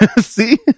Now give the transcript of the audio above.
see